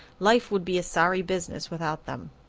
life would be a sorry business without them.